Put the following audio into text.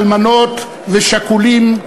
אלמנות ושכולים,